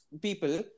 people